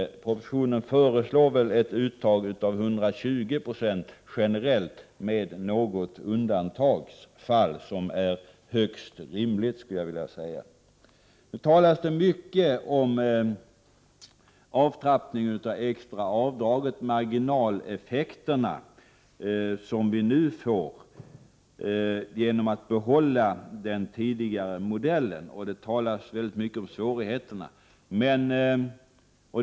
I propositionen föreslås det väl ett uttag på 120 96 generellt, med något undantag, vilket är högst rimligt. Nu talas det mycket om avtrappning av det extra avdraget och de marginaleffekter som man nu får genom att den tidigare modellen behålls. IDet talas väldigt mycket om svårigheterna.